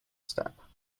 step